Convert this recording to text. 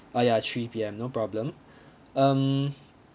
uh ya three P_M no problem um